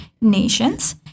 nations